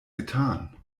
getan